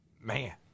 Man